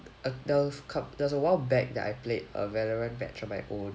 a~ there's was a cou~ there's a while back that I played a valorant match on my own